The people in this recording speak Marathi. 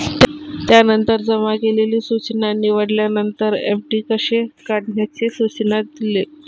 त्यानंतर जमा केलेली सूचना निवडल्यानंतर, एफ.डी पैसे काढण्याचे सूचना दिले